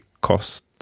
cost